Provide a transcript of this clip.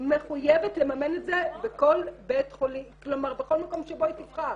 מחויבת לממן את זה בכל מקום שבו היא תבחר.